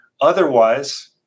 Otherwise